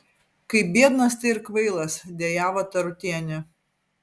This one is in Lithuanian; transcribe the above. kai biednas tai ir kvailas dejavo tarutienė